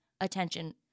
attention